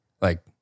Like-